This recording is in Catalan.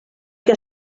que